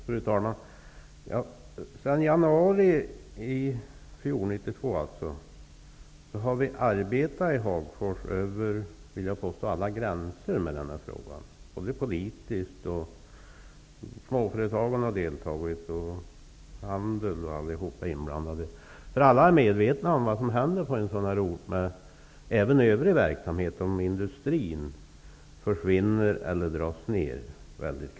Fru talman! Sedan januari 1992 har vi i Hagfors arbetat över alla gränser med den här frågan. Vi har arbetat politiskt, småföretagarna har deltagit och handeln har varit inblandad. Alla är medvetna om vad som händer med övrig verksamhet på en sådan här ort om industrin försvinner eller skärs ned kraftigt.